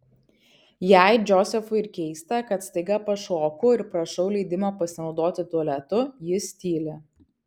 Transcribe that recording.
jei džozefui ir keista kad staiga pašoku ir prašau leidimo pasinaudoti tualetu jis tyli